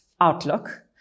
outlook